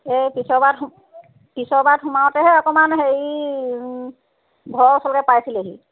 এই পিছৰবাৰত পিছৰবাৰত সোমাওতেহে অকণমান হেৰি ঘৰ ওচৰলৈকে পাইছিলেহি